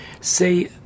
say